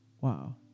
Wow